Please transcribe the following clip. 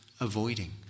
avoiding